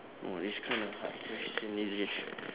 !wah! this kind of hard question is it